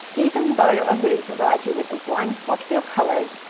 even though ohuhu provides you with a blank swatch for your colors,